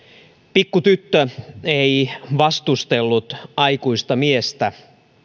pikkutyttö ei vastustellut aikuista miestä